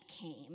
came